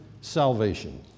salvation